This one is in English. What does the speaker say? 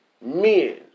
men